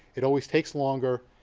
it always takes longer,